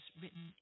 written